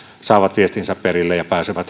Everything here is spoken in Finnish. saavat viestinsä perille ja pääsevät